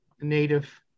native